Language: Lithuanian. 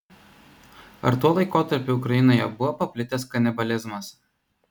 ar tuo laikotarpiu ukrainoje buvo paplitęs kanibalizmas